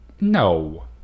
No